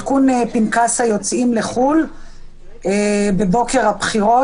עדכון פנקס היוצאים לחו"ל בבוקר הבחירות,